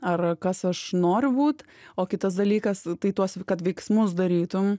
ar kas aš noriu būt o kitas dalykas tai tuos kad veiksmus darytum